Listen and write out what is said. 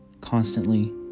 constantly